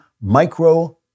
micro